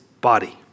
body